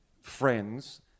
friends